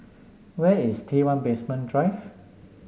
where is T one Basement Drive